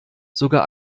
sogar